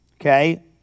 Okay